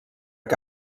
que